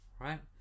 right